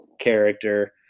character